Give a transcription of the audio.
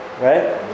right